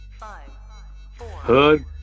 hood